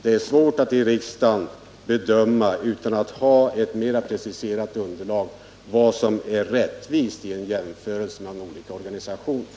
Det är svårt att i riksdagen bedöma vad som är rättvist vid en jämförelse mellan olika organisationer utan att man har ett mera precist underlag.